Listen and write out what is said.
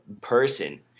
person